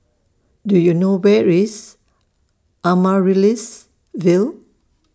Do YOU know Where IS Amaryllis Ville